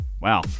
Wow